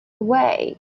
away